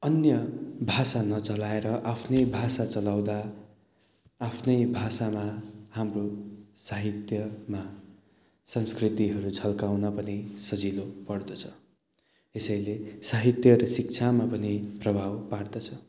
अन्य भाषा नचलाएर आफ्नै भाषा चलाउँदा आफ्नै भाषामा हाम्रो साहित्यमा संस्कृतिहरू झल्काउन पनि सजिलो पर्दछ यसैले साहित्य र शिक्षामा पनि प्रभाव पार्दछ